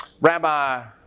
Rabbi